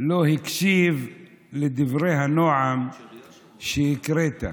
לא הקשיב לדברי הנועם שהקראת,